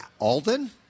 Alden